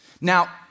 Now